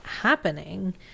happening